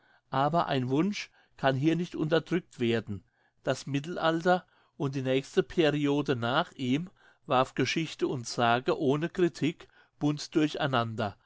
aber ein wunsch kann hier nicht unterdrückt werden das mittelalter und die nächste periode nach ihm warf geschichte und sage ohne critik bunt durch